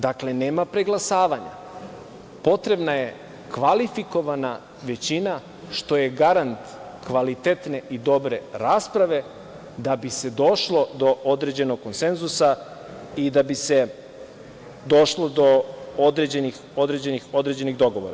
Dakle, nema preglasavanja, potrebna je kvalifikovana većina, što je garant kvalitetne i dobre rasprave da bi se došlo do određenog konsenzusa i da bi se došlo do određenih dogovora.